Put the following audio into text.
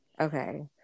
Okay